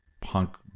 punk